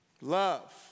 Love